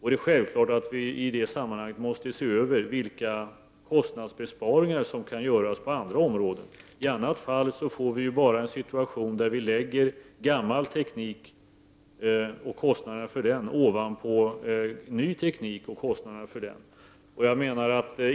Givetvis måste vi i det sammanhanget se över vilka kostnader och besparingar som kan göras på andra områden. I annat fall uppkommer en situation där vi lägger gammal teknik och kostnaderna för den ovanpå ny teknik och kostnaderna för den.